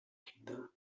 kinder